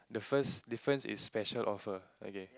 the first difference is special offer okay